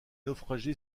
naufragés